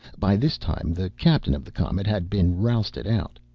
by this time the captain of the comet had been rousted out,